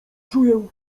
czuję